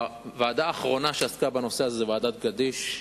הוועדה האחרונה שעסקה בנושא הזה היא ועדת-גדיש.